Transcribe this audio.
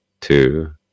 two